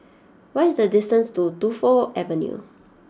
what is the distance to Tu Fu Avenue